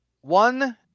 one